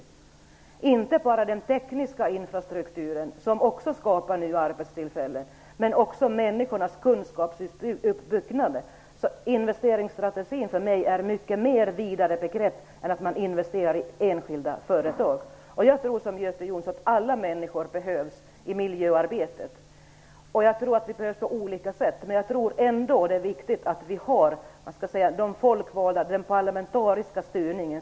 Det gäller då inte bara teknisk infrastruktur, som också skapar arbetstillfällen, utan även människornas kunskapsuppbyggnad. Investeringsstrategin är för mig ett mycket vidare begrepp än att man bara investerar i enskilda företag. Jag tror, i likhet med Göte Jonsson, att alla människor behövs i miljöarbetet. Jag tror också att vi behövs på olika sätt. Ändå är det viktigt att ha en parlamentarisk styrning.